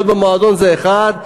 להיות במועדון זה דבר אחד,